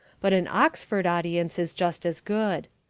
but an oxford audience is just as good.